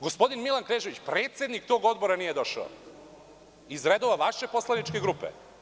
Gospodin Milan Knežević, predsednik tog odbora nije došao, iz redova vaše poslaničke grupe.